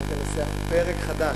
היא חייבת לנסח פרק חדש.